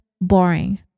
boring